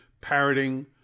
parroting